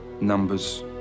Numbers